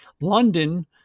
London